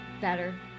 better